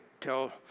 tell